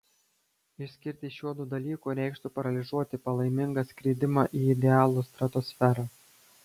išskirti šiuodu dalyku reikštų paralyžiuoti palaimingą skridimą į idealų stratosferą